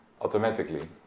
automatically